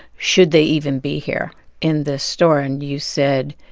should they even be here in this store? and you said,